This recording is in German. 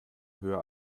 höher